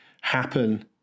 happen